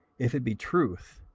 if it be truth,